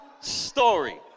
story